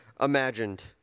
imagined